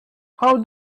how